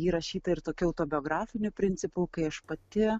ji rašyta ir tokiu autobiografiniu principu kai aš pati